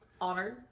honored